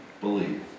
believe